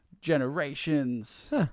generations